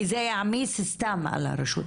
כי זה סתם יעמיס על הרשות.